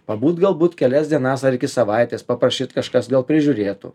pabūt galbūt kelias dienas ar iki savaitės paprašyti kažkas gal prižiūrėtų